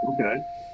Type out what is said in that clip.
Okay